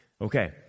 Okay